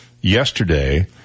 yesterday